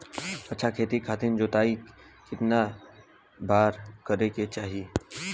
अच्छा खेती खातिर जोताई कितना बार करे के चाही?